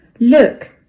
Look